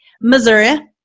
Missouri